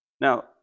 Now